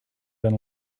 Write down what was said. been